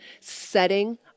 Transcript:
setting